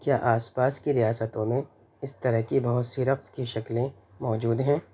کیا آس پاس کی ریاستوں میں اس طرح کی بہت سی رقص کی شکلیں موجود ہیں